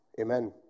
Amen